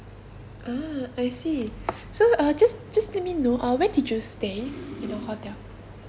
ah I see so uh just just let me know uh where did you stay in the hotel